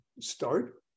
start